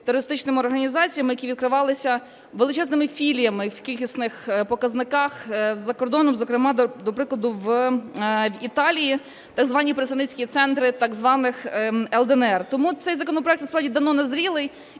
терористичними організаціями, які відкривалися величезними філіями в кількісних показниках за кордоном. Зокрема, до прикладу, в Італії так звані представницькі центри так званих "ЛДНР". Тому цей законопроект насправді давно назрілий,